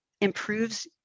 Improves